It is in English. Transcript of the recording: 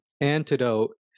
antidote